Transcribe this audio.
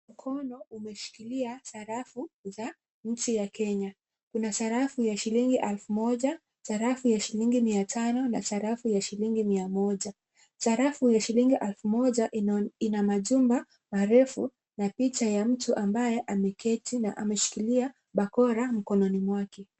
Mkono umeshikilia sarafu za nchi ya Kenya, kuna sarafu ya shillingi elfu moja, sarafu ya shillingi mia tano na sarafu ya shillingi mia moja. Sarafu ya shillingi elfu moja ina majumba marefu na picha ya mtu ambaye ameketi na ameshikilia bakora mkononi mwake.